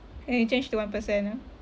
and then he change to one percent ah